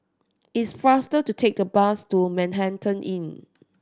it's faster to take the bus to Manhattan Inn